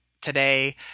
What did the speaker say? today